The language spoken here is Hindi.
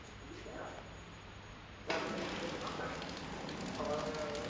तो ठीक है हम डाकुमेन्ट्स फिर जमा कर दे रहे हैं और